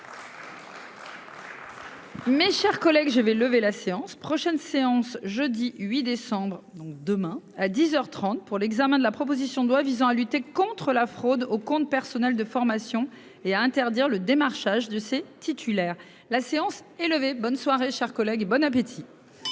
Mes chers collègues, je vais lever la séance prochaine séance jeudi 8 décembre donc demain à 10h 30 pour l'examen de la proposition de loi visant à lutter contre la fraude au compte personnel de formation et à interdire le démarchage de ses titulaires, la séance est levée. Bonne soirée chère collègue et bon appétit.